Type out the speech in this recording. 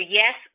yes